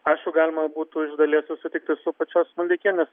aišku galima būtų iš dalies susitikti su pačios maldeikienės